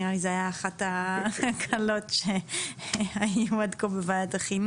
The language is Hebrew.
נראה לי שזאת הייתה אחת ההצבעות הקלות שהיו עד כה בוועדת החינוך.